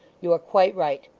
you are quite right.